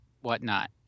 whatnot